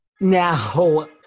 Now